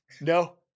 No